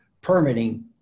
permitting